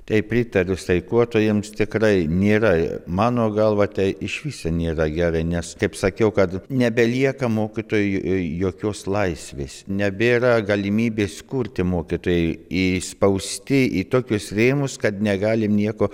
taip pritariu streikuotojams tikrai nėra mano galva tai išvis nėra gerai nes kaip sakiau kad nebelieka mokytojui jokios laisvės nebėra galimybės kurti mokytojai įspausti į tokius rėmus kad negalim nieko